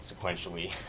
sequentially